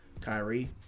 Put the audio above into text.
Kyrie